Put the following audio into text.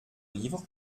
livre